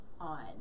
on